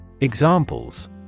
Examples